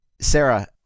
Sarah